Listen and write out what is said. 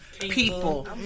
people